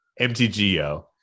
MTGO